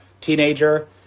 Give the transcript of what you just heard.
teenager